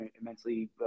immensely